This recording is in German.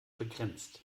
begrenzt